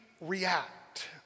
react